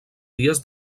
dies